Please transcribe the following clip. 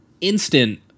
instant